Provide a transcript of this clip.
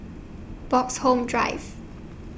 Bloxhome Drive